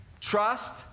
trust